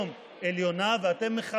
בין אם זה היועץ המשפטי לממשלה ובין אם זה בית